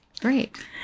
Great